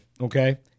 okay